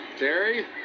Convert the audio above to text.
Terry